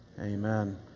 amen